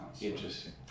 Interesting